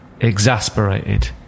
exasperated